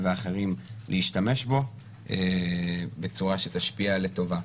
ואחרים להשתמש בו בצורה שתשפיע לטובה.